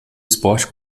esporte